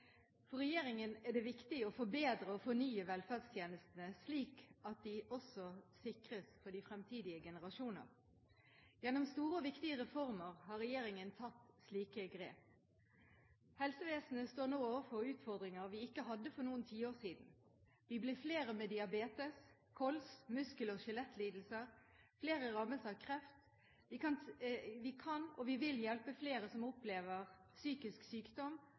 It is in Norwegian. For regjeringen er det viktig å forbedre og fornye velferdstjenestene, slik at de også sikres for de fremtidige generasjoner. Gjennom store og viktige reformer har regjeringen tatt slike grep. Helsevesenet står nå overfor utfordringer vi ikke hadde for noen tiår siden. Vi blir flere med diabetes, KOLS, muskel- og skjelettlidelser. Flere rammes av kreft. Vi kan, og vi vil, hjelpe flere som opplever psykisk sykdom,